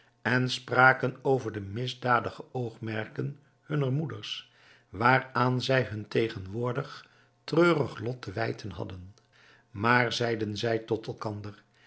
en spraken over de misdadige oogmerken hunner moeders waaraan zij hun tegenwoordig treurig lot te wijten hadden maar zeiden zij tot elkander